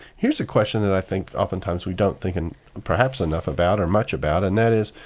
here's a question that i think oftentimes we don't think and perhaps enough about or much about, and that is,